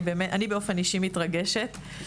אני באופן אישי מתרגשת.